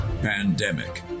Pandemic